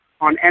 on